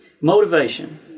motivation